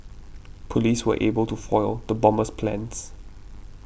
police were able to foil the bomber's plans